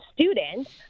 students